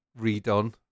redone